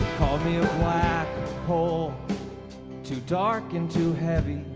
called me a black hole too dark and too heavy